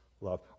love